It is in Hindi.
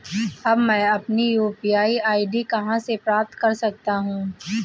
अब मैं अपनी यू.पी.आई आई.डी कहां से प्राप्त कर सकता हूं?